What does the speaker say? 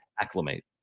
acclimate